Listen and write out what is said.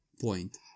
point